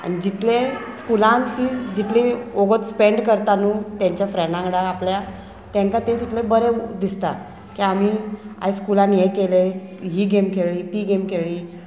आनी जितले स्कुलान ती जितलीं वोगोत स्पेंड करता न्हू तेंच्या फ्रेंडा वांगडा आपल्या तांकां तें तितलें बरें दिसता की आमी आयज स्कुलान हें केलें ही गेम खेळ्ळी ती गेम खेळ्ळी